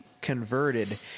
converted